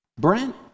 Brent